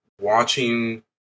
watching